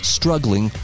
struggling